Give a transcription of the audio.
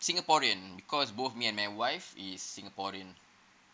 singaporean because both me and my wife is singaporean